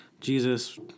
Jesus